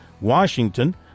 Washington